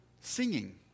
singing